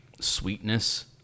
sweetness